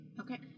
Okay